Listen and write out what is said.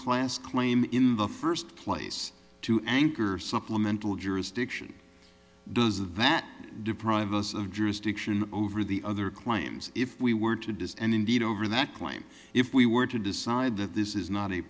clue last claim in the first place to anchor supplemental jurisdiction does a vat deprive us of jurisdiction over the other claims if we were to does and indeed over that claim if we were to decide that this is not a